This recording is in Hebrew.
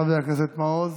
חבר הכנסת מעוז.